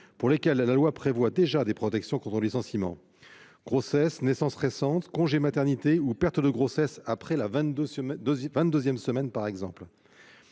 pour lesquelles la loi prévoit déjà des protections contre le licenciement : grossesse, naissance récente, congé maternité, ou encore perte de grossesse après la 22 semaine. Il revient